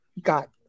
got